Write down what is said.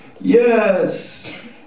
Yes